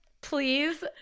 please